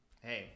hey